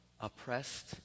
oppressed